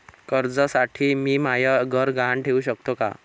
कर्जसाठी मी म्हाय घर गहान ठेवू सकतो का